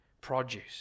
produce